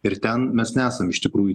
ir ten mes nesam iš tikrųjų